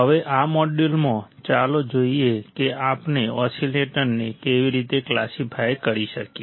હવે આ મોડ્યુલમાં ચાલો જોઈએ કે આપણે ઓસીલેટરને કેવી રીતે ક્લાસિફાય કરી શકીએ